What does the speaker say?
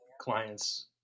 clients